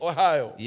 Ohio